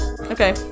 Okay